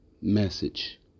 message